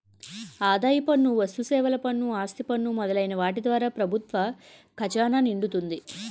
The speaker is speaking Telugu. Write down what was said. ఆదాయ పన్ను వస్తుసేవల పన్ను ఆస్తి పన్ను మొదలైన వాటి ద్వారా ప్రభుత్వ ఖజానా నిండుతుంది